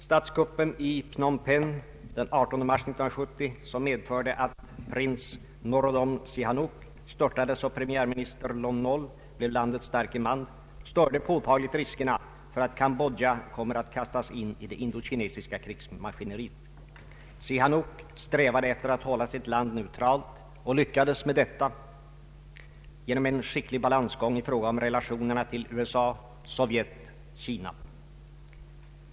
Statskuppen i Phnom Penh den 18 mars 1970, som medförde att prins Norodom Sihanouk störtades och premiärminister Lon Nol blev landets starke man, ökade påtagligt riskerna för att Cambodja kommer att kastas in i det indokinesiska kriget. Sihanouk strävade efter att hålla sitt land neutralt och lyckades med detta genom en skicklig balansgång i fråga om relationerna till USA-Sovjet-Kina.